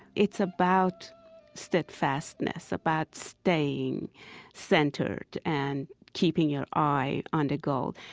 it's about steadfastness, about staying centered and keeping your eye on the goal,